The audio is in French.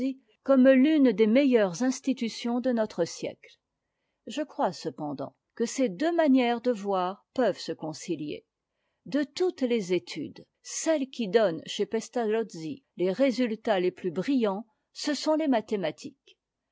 comme l'une des meilleures institutions de notre siècle je crois cependant que ces deux manières de voir peuvent se concilier de toutes les études celle qui donne chez pestalozzi les résultats les plus brillants ce sont les mathématiques